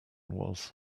was